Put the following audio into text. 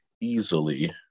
easily